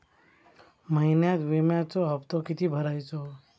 महिन्यात विम्याचो हप्तो किती भरायचो?